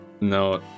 No